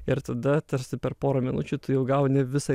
ir tada tarsi per porą minučių tu jau gauni visą